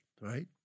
right